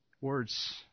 words